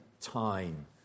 Time